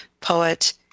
poet